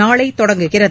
நாளைதொடங்குகிறது